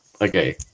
okay